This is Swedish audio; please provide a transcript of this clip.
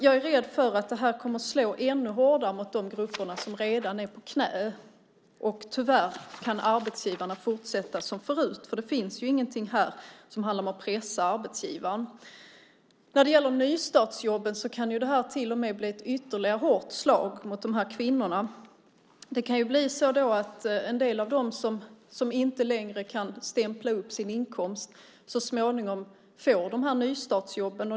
Jag är rädd att det här kommer att slå ännu hårdare mot de grupper som redan går på knäna. Tyvärr kan arbetsgivaren fortsätta som förut. Det finns ju ingenting här som handlar om att pressa arbetsgivaren. Nystartsjobben kan till och med bli ytterligare ett hårt slag mot de här kvinnorna. Det kan bli så att en del av dem som inte längre kan stämpla upp sin inkomst så småningom får nystartsjobb.